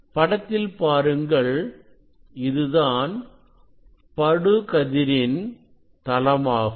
படத்தில் பாருங்கள் இதுதான் படுகதிர் ன் தளமாகும்